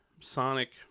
Sonic